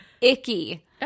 icky